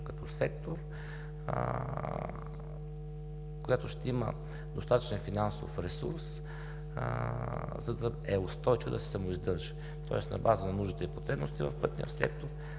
като сектор, която ще има достатъчен финансов ресурс, за да е устойчива и да се самоиздържа. Тоест на база на нуждите и потребностите в пътния сектор